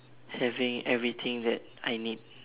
having everything that I need